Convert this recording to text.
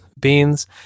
beans